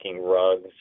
rugs